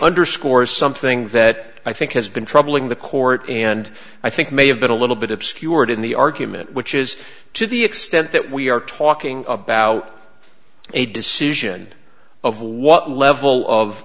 underscores something that i think has been troubling the court and i think may have been a little bit obscured in the argument which is to the extent that we are talking about a decision of what level of